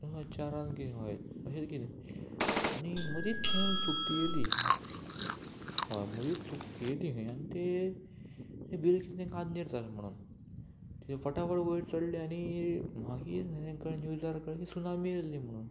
चारान किदें हय अशें किदें आनी मदींच थंय सुकती येयली हय मदींच सुकती येयली खंय आनी ते बिले तांकां आग्नेर जाली म्हूण ते फटाफट वयर चडले आनी मागीर खंय तांकां कळ्ळें निव्जार कळ्ळें सुनामे येयल्ली म्हूण